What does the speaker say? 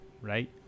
right